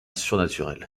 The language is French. surnaturel